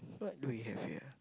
what do we have here